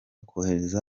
kohereza